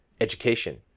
education